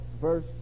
verse